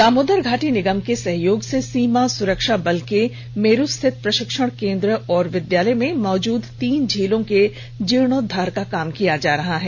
दामोदर घाटी निगम के सहयोग से सीमा सुरक्षा बल के के मेरू स्थित प्रशिक्षण केन्द्र एवं विद्यालय में मौजूद तीन झीलों के जीर्णोद्वार का काम किया जा रहा है